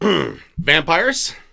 vampires